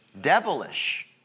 Devilish